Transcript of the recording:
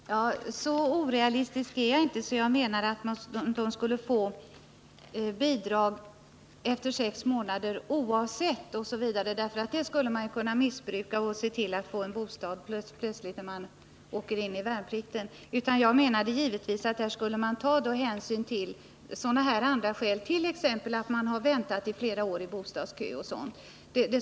Herr talman! Så orealistisk är jag inte att jag menar att de värnpliktiga skulle få bidrag efter sex månader oavsett förhållandena, eftersom man skulle kunna missbruka det och se till att få en bostad just när man skall göra värnplikten. Jag menade givetvis att man skulle ta hänsyn till andra skäl, t.ex. att någon har väntat i flera år i bostadskö.